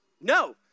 No